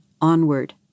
onward